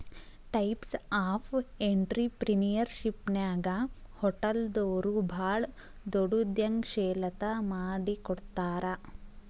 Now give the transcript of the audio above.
types of ಎನ್ಟ್ರಿಪ್ರಿನಿಯರ್ಶಿಪ್ನ್ಯಾಗ ಹೊಟಲ್ದೊರು ಭಾಳ್ ದೊಡುದ್ಯಂಶೇಲತಾ ಮಾಡಿಕೊಡ್ತಾರ